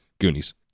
Goonies